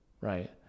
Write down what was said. right